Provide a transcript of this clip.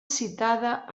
citada